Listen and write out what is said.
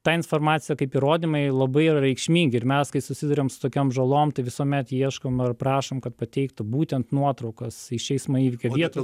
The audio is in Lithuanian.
ta informacija kaip įrodymai labai yra reikšmingi ir mes kai susiduriam su tokiom žalom tai visuomet ieškom ir prašom kad pateiktų būtent nuotraukas iš eismo įvykio vietos